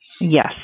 Yes